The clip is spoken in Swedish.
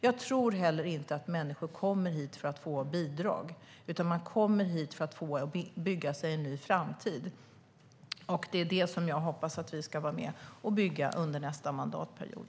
Jag tror heller inte att människor kommer hit för att få bidrag, utan de kommer hit för att bygga sig en ny framtid. Det hoppas jag att vi ska vara med och bygga under nästa mandatperiod.